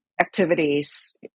activities